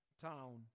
town